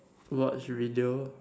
watch video